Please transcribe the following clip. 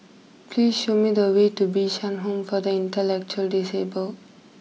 please show me the way to Bishan Home for the Intellectually Disabled